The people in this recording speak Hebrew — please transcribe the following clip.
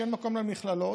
שאין מקום למכללות.